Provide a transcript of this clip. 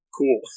cool